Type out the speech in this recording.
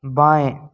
बाएँ